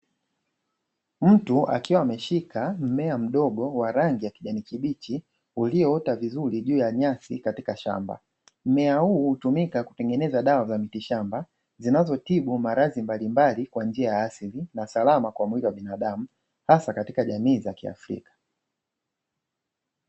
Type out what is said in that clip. Mtu akiwa ameshika mmea mdogo wa rangi ya kijani kibichi ulioota vizuri juu ya nyasi katika shamba, mmea huu hutumika kutengeneza dawa za miti shamba zinazotibu maradhi mbalimbali, kwa njia ya asili na salama kwa mwili wa binadamu hasa katika jamii za kiafrika.